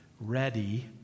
ready